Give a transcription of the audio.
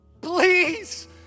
please